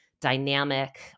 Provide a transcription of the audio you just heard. dynamic